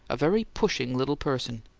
a very pushing little person.